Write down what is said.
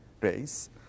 race